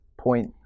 point